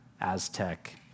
Aztec